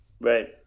Right